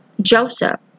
Joseph